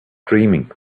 dreaming